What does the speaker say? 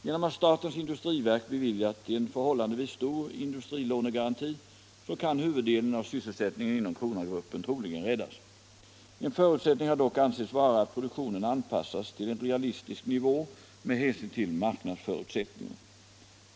Genom att statens industriverk beviljat en förhållandevis stor industrilånegaranti kan huvuddelen av sysselsättningen inom Kronagruppen troligen räddas. En förutsättning har dock ansetts vara att produktionen anpassas till en realistisk nivå med hänsyn till marknadsförutsättningarna.